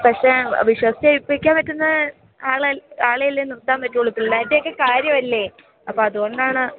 പക്ഷെ വിശ്വസിച്ചേൽപ്പിക്കാൻ പറ്റുന്ന ആളെയല്ലേ നിർത്താൻ പറ്റുകയുള്ളു പിള്ളേരുടെയൊക്കെ കാര്യമല്ലേ അപ്പം അതു കൊണ്ടാണ്